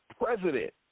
president